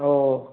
ꯑꯥꯎ